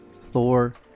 Thor